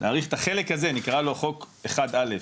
להאריך את החלק הזה נקרא לו חוק 1 א'